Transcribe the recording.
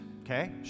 Okay